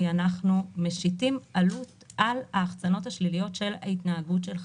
כי אנחנו משיתים עלות על ההחצנות השליליות של ההתנהגות שלך,